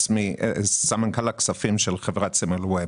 סמנכ"ל הכספים של חברת סימלווה.